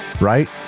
right